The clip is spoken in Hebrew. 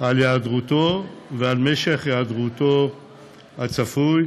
על היעדרותו ועל משך ההיעדרות הצפוי,